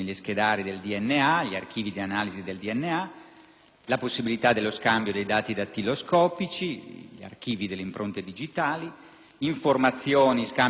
la possibilità di uno scambio dei dati dattiloscopici, gli archivi delle impronte digitali, ad uno scambio di informazioni per prevenire reati terroristici.